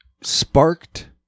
sparked